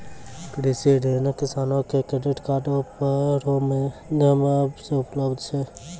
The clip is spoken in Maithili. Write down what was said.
कृषि ऋण किसानो के क्रेडिट कार्ड रो माध्यम से उपलब्ध छै